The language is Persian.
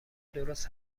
درست